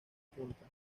punta